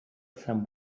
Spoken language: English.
some